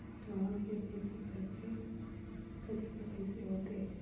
चावल के खेती करेके तरीका कइसे होथे?